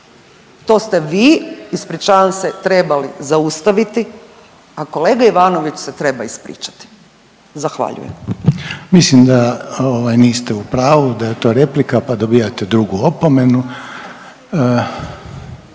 to ste vi ispričavam se trebali zaustaviti, a kolega Ivanović se treba ispričati. Zahvaljujem. **Reiner, Željko (HDZ)** Mislim da ovaj niste u pravu da je to replika pa dobijate drugu opomenu.